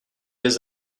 les